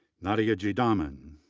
nadia giedemann,